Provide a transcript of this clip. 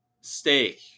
Steak